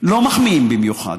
לא מחמיאים במיוחד,